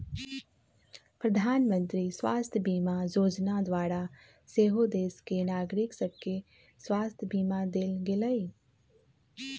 प्रधानमंत्री स्वास्थ्य बीमा जोजना द्वारा सेहो देश के नागरिक सभके स्वास्थ्य बीमा देल गेलइ